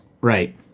Right